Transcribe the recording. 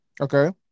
Okay